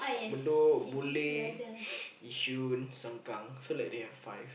Bedok Boon-Lay Yishun Sengkang so you know they have like five